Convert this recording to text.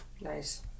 Nice